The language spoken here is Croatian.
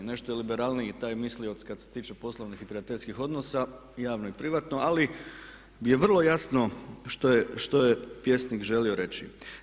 Nešto je liberalniji taj mislioc kad se tiče poslovnih i prijateljskih odnosa, javno i privatno ali je vrlo jasno što je pjesnik želio reći.